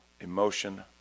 emotion